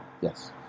yes